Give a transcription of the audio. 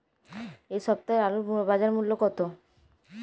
এ সপ্তাহের আলুর বাজার মূল্য কত?